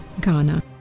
Ghana